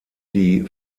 die